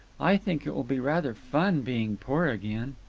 i think it will be rather fun being poor again.